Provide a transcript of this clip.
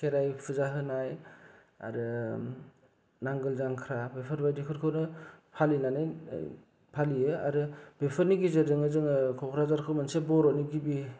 खेराइ फुजा होनाय नांगोल जांख्रा बेफोरबादिखौनो फालिनानै फालियो आरो बेफोरनि गेजेरजोंनो कक्राझारखौ मोनसे बर'नि गिबि